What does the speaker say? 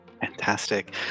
fantastic